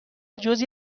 جزعی